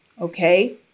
okay